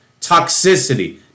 toxicity